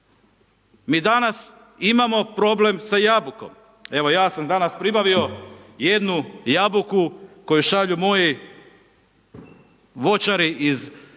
Mi danas imamo problem sa jabukom. Evo, ja sam danas pribavio jednu jabuku koju šalju moji voćari iz